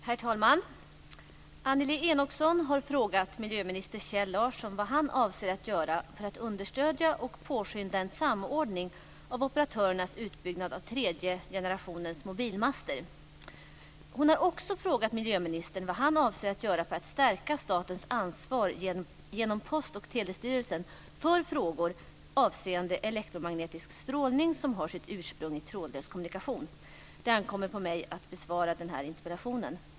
Herr talman! Annelie Enochson har frågat miljöminister Kjell Larsson vad han avser att göra för att understödja och påskynda en samordning av operatörernas utbyggnad av tredje generationens mobilmaster. Hon har också frågat miljöministern vad han avser att göra för att stärka statens ansvar genom Post och telestyrelsen för frågor avseende elektromagnetisk strålning som har sitt ursprung i trådlös kommunikation. Det ankommer på mig att besvara interpellationen.